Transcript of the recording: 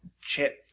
chip